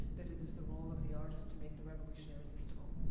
that it is the role of the artist to make the revolution irresistible.